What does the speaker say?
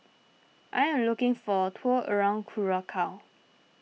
I am looking for a tour around Curacao